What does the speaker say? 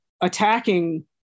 attacking